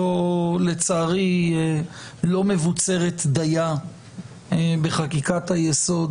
ולצערי היא לא מבוצרת דיה בחקיקת היסוד